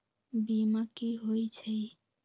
बीमा कि होई छई?